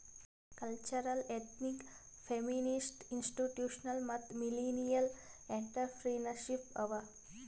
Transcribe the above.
cultural, ethnic, feminist, institutional ಮತ್ತ millennial entrepreneurship ಅವಾ